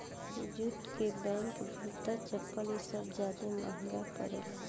jute के bag, जूता, चप्पल इ सब ज्यादे महंगा परेला